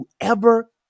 whoever